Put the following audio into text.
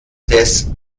des